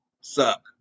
suck